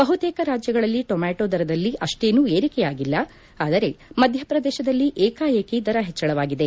ಬಹುತೇಕ ರಾಜ್ಯಗಳಲ್ಲಿ ಟೊಮ್ಯಾಟೋ ದರದಲ್ಲಿ ಅಷ್ಟೇನು ಏರಿಕೆಯಾಗಿಲ್ಲ ಆದರೆ ಮಧ್ಯಪ್ರದೇಶದಲ್ಲಿ ಏಕಾಏಕಿ ದರ ಹೆಚ್ಚಳವಾಗಿದೆ